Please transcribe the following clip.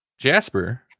Jasper